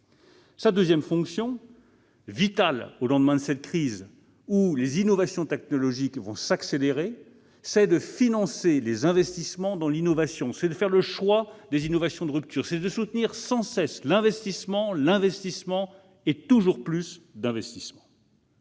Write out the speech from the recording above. et elle est vitale au lendemain de cette crise où les innovations technologiques vont s'accélérer, est de financer les investissements dans l'innovation, de faire le choix des innovations de rupture, de soutenir sans cesse l'investissement, l'investissement et toujours plus d'investissement.